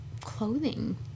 clothing